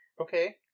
Okay